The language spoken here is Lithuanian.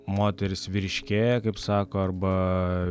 moterys vyriškėja kaip sako arba